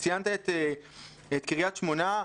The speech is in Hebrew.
ציינת את קריית שמונה,